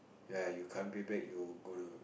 ya you can't pay back you go to